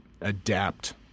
adapt